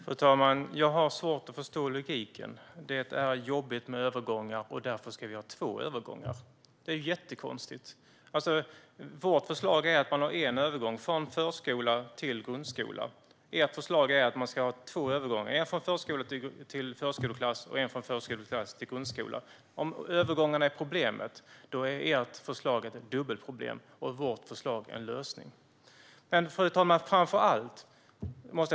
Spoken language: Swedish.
Fru talman! Jag har svårt att förstå logiken i att det är jobbigt med övergångar och att vi därför ska ha två övergångar. Det där är jättekonstigt. Vårt förslag är att det ska finnas en övergång: från förskolan till grundskolan. Ert förslag är att man ska ha två övergångar: en från förskola till förskoleklass och en från förskoleklass till grundskola. Om övergångarna är problemet är ert förslag ett dubbelt problem och vårt förslag en lösning. Fru talman!